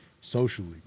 socially